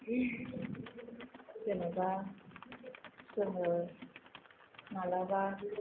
जेन'बा जोङो मालाबा